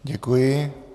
Děkuji.